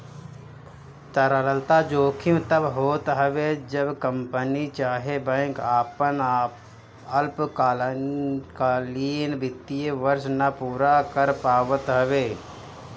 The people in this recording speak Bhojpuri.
तरलता जोखिम तब होत हवे जब कंपनी चाहे बैंक आपन अल्पकालीन वित्तीय वर्ष ना पूरा कर पावत हवे